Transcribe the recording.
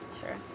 sure